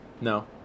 No